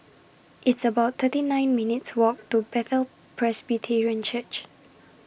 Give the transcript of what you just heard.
It's about thirty nine minutes' Walk to Bethel Presbyterian Church